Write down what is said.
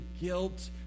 guilt